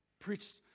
preached